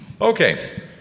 Okay